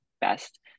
best